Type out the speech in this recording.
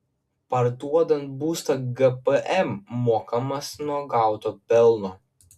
parduodant būstą gpm mokamas nuo gauto pelno